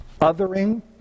Othering